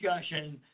discussion